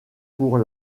pour